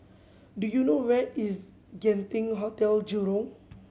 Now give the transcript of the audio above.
do you know where is Genting Hotel Jurong